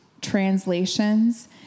translations